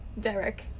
Derek